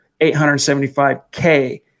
875K